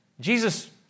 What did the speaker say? Jesus